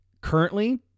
Currently